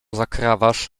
zakrawasz